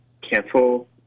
cancel